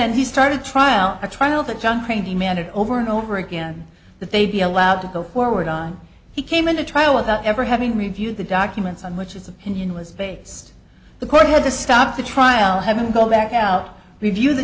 and he started trial a trial that john crane the man did over and over again that they be allowed to go forward on he came in a trial without ever having reviewed the documents on which its opinion was based the court had to stop the trial having to go back out review the